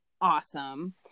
Awesome